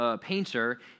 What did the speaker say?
painter